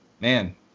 Man